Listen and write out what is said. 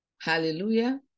Hallelujah